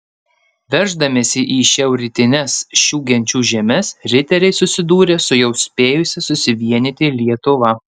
verždamiesi į šiaurrytines šių genčių žemes riteriai susidūrė su jau spėjusia susivienyti lietuva